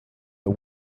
the